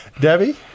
Debbie